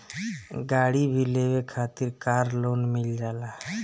गाड़ी भी लेवे खातिर कार लोन मिल जाला